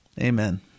Amen